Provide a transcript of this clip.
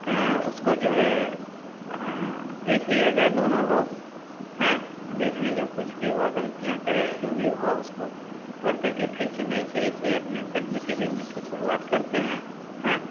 कहाँ उसको जो है देख लिया जाए दोनों लोग हैं बीच में जो कुछ भी हुआ गलतियाँ चाहे जो भी हुआ उसको छोड़ करके फिर से नए सिरे से अपने सब्ज़ी के बिजनस की शुरुआत करते हैं हैं